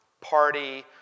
party